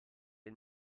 del